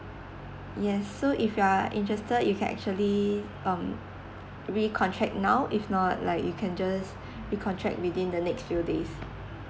yes so if you are interested you can actually um recontract now if not like you can just recontract within the next few days